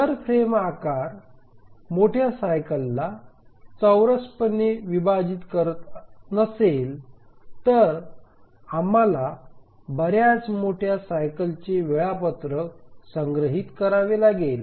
जर फ्रेम आकार मोठ्या सायकलला चौरसपणे विभाजित करत नसेल तर आम्हाला बर्याच मोठ्या सायकलचे वेळापत्रक संग्रहित करावे लागेल